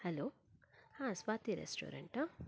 hello ಹಾಂ ಸ್ವಾತಿ ರೆಸ್ಟೋರೆಂಟಾ